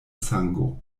sango